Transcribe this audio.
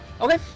Okay